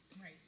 Right